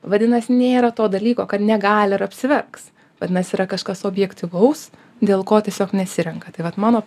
vadinasi nėra to dalyko kad negali ir apsiverks vadinasi yra kažkas objektyvaus dėl ko tiesiog nesirenka tai vat mano